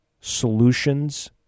solutions